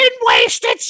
wasted